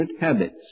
habits